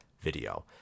video